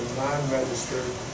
non-registered